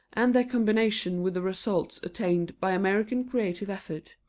and their combination with the results attained by american creative effort.